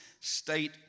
state